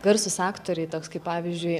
garsūs aktoriai toks kaip pavyzdžiui